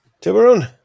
Tiburon